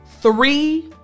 three